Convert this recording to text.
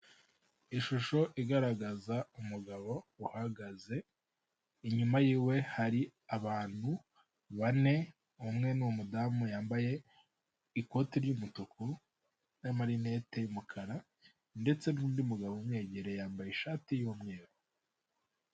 Ishusho igaragaza umugabo uhagaze, inyuma yiwe hari abantu bane umwe ni umudamu yambaye ikoti ry'umutuku n'amarinete y'umukara ndetse n'undi mugabo umwegereye yambaye ishati y'umweru.